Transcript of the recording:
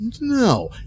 No